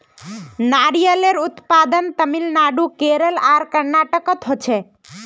नारियलेर उत्पादन तामिलनाडू केरल आर कर्नाटकोत होछे